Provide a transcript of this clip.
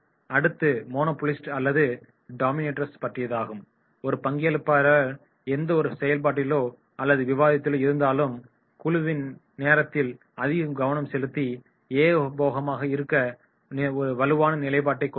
அடுத்தது மோனோபோலிஸ்ட் அல்லது டொமின்டோர்ஸ் பற்றியதாகும் ஒரு பங்கேற்பாளர் எந்த ஒரு செயல்பாட்டிளோ அல்லது விவாதத்திளோ இருந்தாலும் குழுவின் நேரத்தில் அதிக கவனம் செலுத்தி ஏகபோகமாக இருக்க வலுவான நிலைப்பாடை கொண்டு இருப்பார்